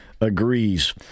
agrees